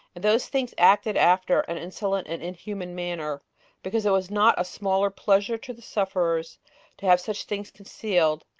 and those things acted after an insolent and inhuman manner because it was not a smaller pleasure to the sufferers to have such things concealed,